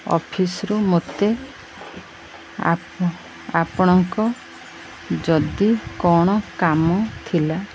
ଅଫିସ୍ରୁ ମୋତେ ଆପଣଙ୍କ ଯଦି କ'ଣ କାମ ଥିଲା